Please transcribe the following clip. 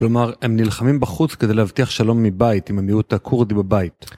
כלומר הם נלחמים בחוץ כדי להבטיח שלום מבית עם המיעוט הכורדי בבית.